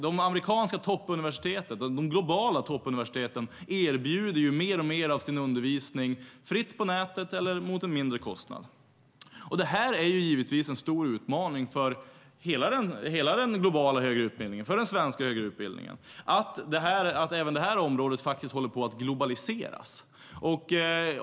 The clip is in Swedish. De amerikanska toppuniversiteten och de globala toppuniversiteten erbjuder mer och mer av sin undervisning fritt på nätet eller mot en mindre kostnad. Det är givetvis en stor utmaning för hela den globala högre utbildningen och för den svenska högre utbildningen att även det här området håller på att globaliseras.